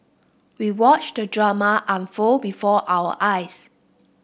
we watched the drama unfold before our eyes